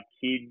kids